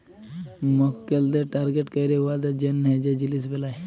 মক্কেলদের টার্গেট ক্যইরে উয়াদের জ্যনহে যে জিলিস বেলায়